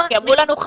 כי אמרו לנו,